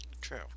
True